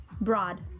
broad